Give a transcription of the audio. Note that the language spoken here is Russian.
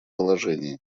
положении